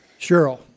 Cheryl